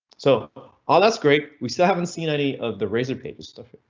so all that's great. we still haven't seen any of the razor pages stuff.